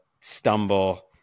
stumble